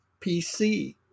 PC